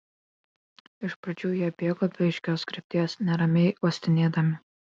iš pradžių jie bėgo be aiškios krypties neramiai uostinėdami